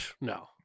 no